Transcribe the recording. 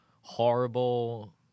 horrible